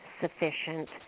sufficient